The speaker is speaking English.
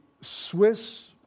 Swiss